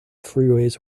freeways